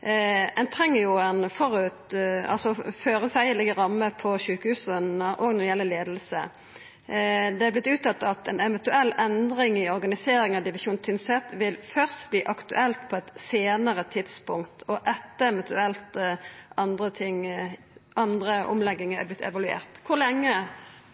Ein treng jo føreseielege rammer på sjukehusa òg når det gjeld leiing. Det har vorte uttalt at ei eventuell endring av organiseringa av Divisjon Tynset først vil verta aktuelt på eit seinare tidspunkt og etter at eventuelt andre omleggingar har vorte evaluerte. Kor lenge